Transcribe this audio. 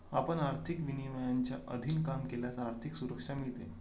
आपण आर्थिक विनियमांच्या अधीन काम केल्यास आर्थिक सुरक्षा मिळते